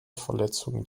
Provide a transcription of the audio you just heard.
verletzungen